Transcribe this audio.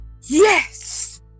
yes